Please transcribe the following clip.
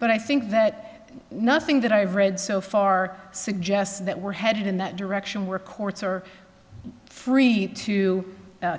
but i think that nothing that i've read so far suggests that we're headed in that direction where courts are free to